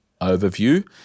overview